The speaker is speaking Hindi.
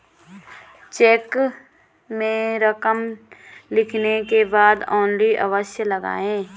चेक में रकम लिखने के बाद ओन्ली अवश्य लगाएँ